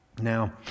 Now